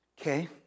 Okay